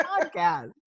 podcast